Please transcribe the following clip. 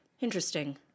interesting